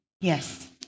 Yes